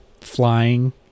Flying